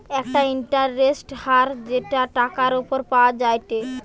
একটা ইন্টারেস্টের হার যেটা টাকার উপর পাওয়া যায়টে